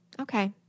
Okay